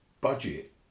budget